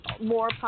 more